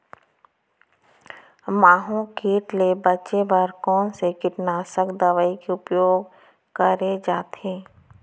माहो किट ले बचे बर कोन से कीटनाशक दवई के उपयोग करे जाथे?